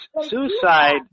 Suicide